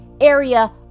area